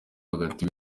hagati